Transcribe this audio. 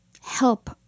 help